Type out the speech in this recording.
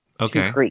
okay